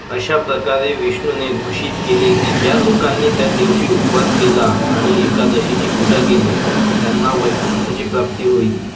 अशा प्रकारे विष्णूने घोषित केले की ज्या लोकांनी त्या दिवशी उपवास केला आणि एकादशीची पूजा केली त्यांना वैकुंठाची प्राप्ती होईल